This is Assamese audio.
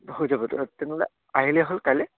হৈ যাব তেনেহ'লে আহিলে হ'ল কাইলে